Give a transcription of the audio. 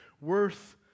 worth